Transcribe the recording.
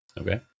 okay